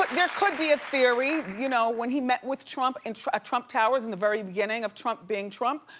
like there could be a theory. you know when he met with trump at and trump towers in the very beginning of trump being trump,